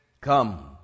Come